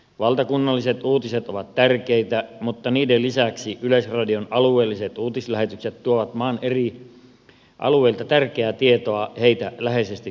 valtakunnalliset uutiset ovat tärkeitä mutta niiden lisäksi yleisradion alueelliset uutislähetykset tuovat maan eri alueilta tärkeää tietoa ihmisiä läheisesti koskevista asioista